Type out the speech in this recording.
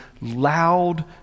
loud